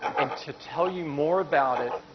and to tell you more about it,